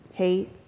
hate